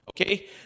okay